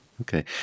Okay